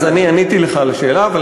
אז אני עניתי לך על השאלה.